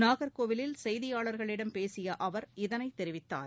நாகர்கோவிலில் செய்தியாளர்களிடம் பேசிய அவர் இதனைத் தெரிவித்தார்